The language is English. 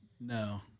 No